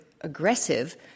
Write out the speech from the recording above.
aggressive